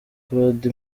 claude